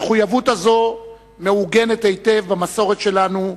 המחויבות הזו מעוגנת היטב במסורת שלנו,